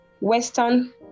Western